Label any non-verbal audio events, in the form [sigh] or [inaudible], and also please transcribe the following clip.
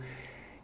[breath]